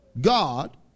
God